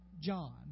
John